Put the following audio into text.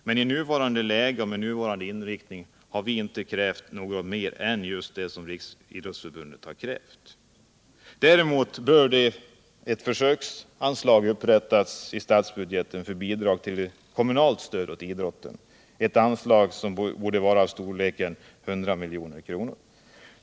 Men i nuvarande läge och med nuvarande inriktning har vi inte krävt något mer än just det som Riksidrottsförbundet krävt. Däremot bör ett förslagsanslag upprättas i statsbudgeten för bidrag till kommunalt stöd åt idrotten, ett anslag som borde vara av storleken 100 milj.kr.